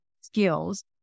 skills